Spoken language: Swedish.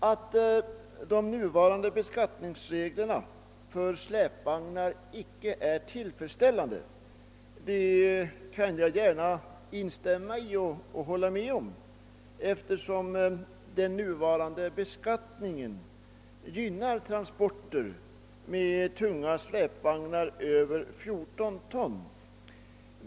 Att de nuvarande beskattningsreglerna för släpvagnar icke är tillfredsställande kan jag hålla med om, eftersom de gynnar transport med tunga släpvagnar på över 14 ton.